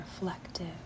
reflective